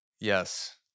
Yes